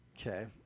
Okay